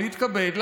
להתכבד,